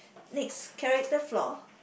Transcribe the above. next character flaw